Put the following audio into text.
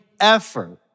effort